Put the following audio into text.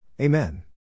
Amen